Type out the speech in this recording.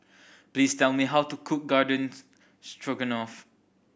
please tell me how to cook Garden Stroganoff